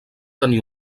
tenir